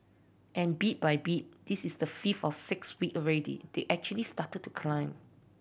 and bit by bit this is the fifth or sixth week already they actually started to climb